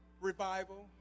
Revival